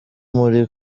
muri